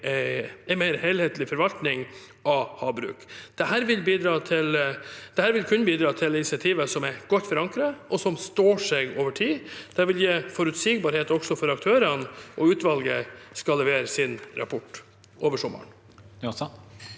en mer helhetlig forvaltning av havbruk. Dette vil kunne bidra til insentiver som er godt forankret, og som står seg over tid. Det vil gi forutsigbarhet også for aktørene. Utvalget skal levere sin rapport over sommeren.